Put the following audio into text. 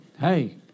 hey